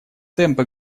темпы